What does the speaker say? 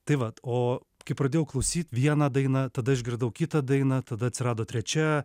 tai vat o kai pradėjau klausyt vieną dainą tada išgirdau kitą dainą tada atsirado trečia